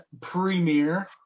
premiere